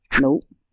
nope